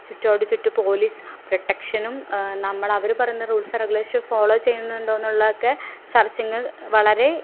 ചുറ്റോടു ചുറ്റ് പോലീസ് പ്രൊട്ടക്ഷനും നമ്മളവർ പറയുന്ന റൂൾസ് ആൻഡ് റെഗുലേഷൻസ് ഫോളോ ചെയ്യുന്നുണ്ടോ എന്നുള്ളതൊക്കെ സെർച്ചിങ് വളരെ